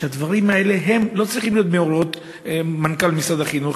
שהדברים האלה לא צריכים להיות בגלל הוראות מנכ"ל משרד החינוך,